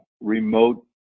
remote